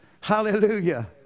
Hallelujah